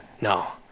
no